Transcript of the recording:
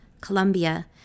Colombia